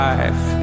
Life